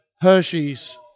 Hershey's